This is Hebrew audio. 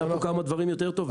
היה פה כמה דברים יותר טובים.